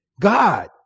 god